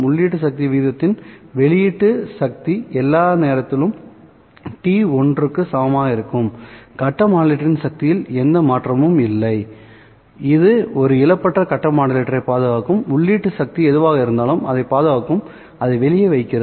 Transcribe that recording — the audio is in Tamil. உள்ளீட்டு சக்தி விகிதத்தின் வெளியீட்டு சக்தி எல்லா நேரத்திலும் t ஒன்றுக்கு சமமாக இருக்கும் கட்ட மாடுலேட்டரின் சக்தியில் எந்த மாற்றமும் இல்லை இது ஒரு இழப்பற்ற கட்ட மாடுலேட்டரைப் பாதுகாக்கும் உள்ளீட்டு சக்தி எதுவாக இருந்தாலும் அதைப் பாதுகாக்கும் அதை வெளியே வைக்கிறது